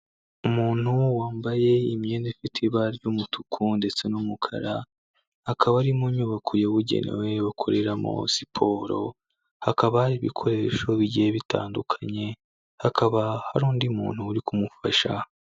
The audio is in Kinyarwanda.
Umuntu wambaye imyenda ifite ibara ry'umutuku, ndetse n'umukara akaba ari mu nyubako yabugenewe bakoreramo siporo, hakaba ibikoresho bigiye bitandukanye, hakaba hari undi muntu uri kumufasha.